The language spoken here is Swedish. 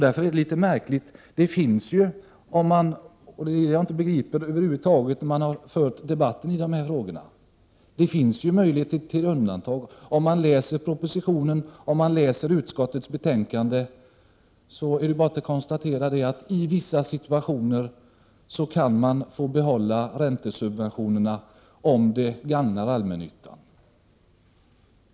Därför är de borgerligas resonemang litet märkligt, och jag begriper det inte. Det finns ju möjlighet till undantag. I propositionen och i utskottets betänkande framgår det nämligen att man i vissa situationer kan få behålla räntesubventionerna, om det gagnar allmännyttan.